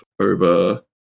over